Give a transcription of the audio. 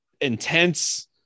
intense